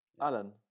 Alan